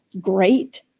great